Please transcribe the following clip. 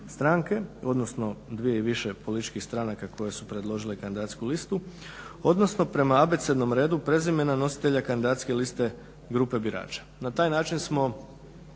stranke, odnosno dvije i više političkih stranaka koje su predložile kandidacijsku listu, odnosno prema abecednom redu prezimena nositelja kandidacijske liste grupe birača. Na taj način smo